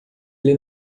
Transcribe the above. ele